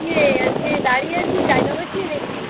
কিরে আজকে দাঁড়িয়ে আছিস জায়গা পাস নি নাকি